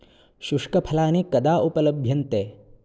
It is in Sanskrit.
शुष्कफलानि कदा उपलभ्यन्ते